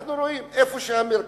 אנחנו רואים שבמרכז,